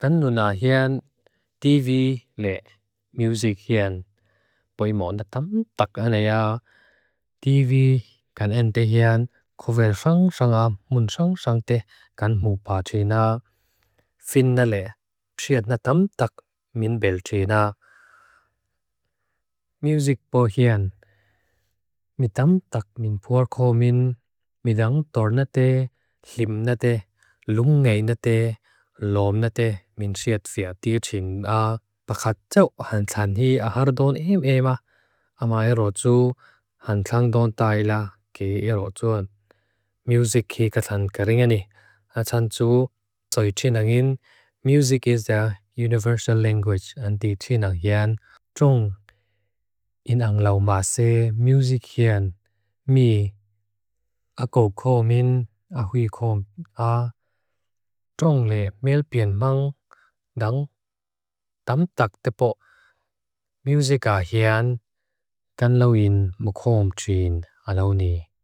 Kanunahian, tivi le. Music hian. Poymonatam tak anaya. Tivi kanente hian, kuvelsang sanga munsang sangte kan mupa china. Finna le. Pseadnatam tak min bel china. Music bo hian. Mitamtak min puarko min. Midang tornate, timnate, lungneinate, lomnate min siyat fia. Tichin a pakatau. Hansan hii aharadon eem eem ah. Amay roju. Hansangdon tayla. Ki ero juan. Music hii kathankarengani. Hatsantu. Tsoichinangin. Music is the universal language. Antichinangian. Chong inang lau mase. Music hian. Mi. Ako ko min. Ahui ko ah. Chong le. Melpienmang. Dang. Tam tak tepo. Music ahian. Kanlawin mukhom chwin. Anawne.